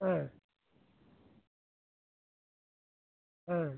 ஆ ஆ